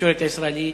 בתקשורת הישראלית.